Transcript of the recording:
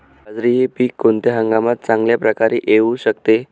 बाजरी हे पीक कोणत्या हंगामात चांगल्या प्रकारे येऊ शकते?